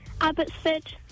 Abbotsford